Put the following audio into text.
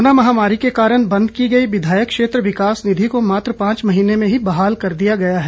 corona महामारी के कारण बंद की गई विधायक क्षेत्र विकास निधि को मात्र पांच महीने में ही बहाल कर दिया गया है